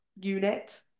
unit